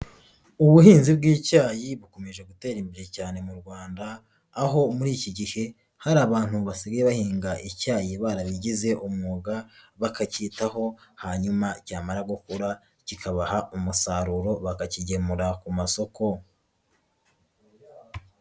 Ubuhinzi bw'icyayi bukomeje gutera imbere cyane mu Rwanda, aho muri iki gihe hari abantu basigaye bahinga icyayi barabigize umwuga, bakacyitaho hanyuma cyamara gukura kikabaha umusaruro bakakigemura ku masoko.